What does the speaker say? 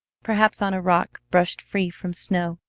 perhaps on a rock brushed free from snow,